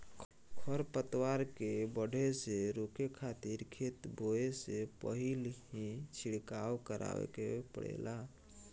खर पतवार के बढ़े से रोके खातिर खेत बोए से पहिल ही छिड़काव करावे के पड़ेला